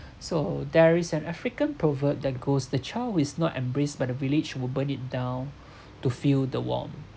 so there is an african proverb that goes the child who is not embraced by the village will burn it down to feel the warmth